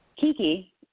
Kiki